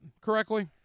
correctly